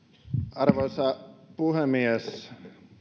arvoisa puhemies